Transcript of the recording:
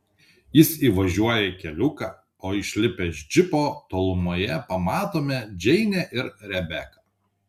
jis įvažiuoja į keliuką o išlipę iš džipo tolumoje pamatome džeinę ir rebeką